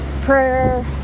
prayer